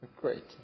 great